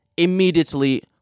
Immediately